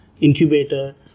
incubator